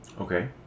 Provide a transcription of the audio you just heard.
Okay